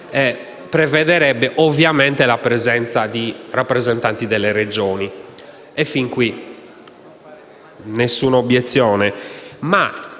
comporterebbe ovviamente la presenza di rappresentanti delle Regioni. E fin qui nessuna obiezione.